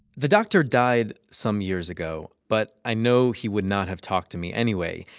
the doctor died some years ago, but i know he would not have talked to me anyway.